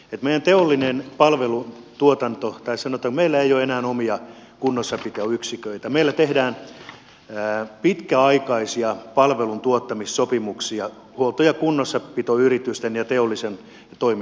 et mee teollinen palvelun huomioida se että meillä ei ole enää omia kunnossapitoyksiköitä vaan meillä tehdään pitkäaikaisia palveluntuottamissopimuksia huolto ja kunnossapitoyritysten ja teollisen toiminnan välillä